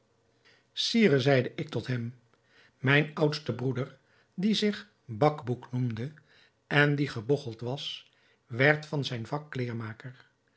sire zeide ik tot hem mijn oudste broeder die zich bacbouc noemde en die gebogcheld was werd van zijn vak kleêrmaker